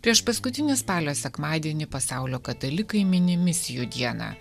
priešpaskutinį spalio sekmadienį pasaulio katalikai mini misijų dieną